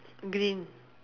green